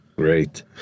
Great